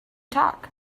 talk